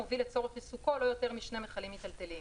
המוביל לצורך עיסוקו לא יותר משני מכלים מיטלטלים.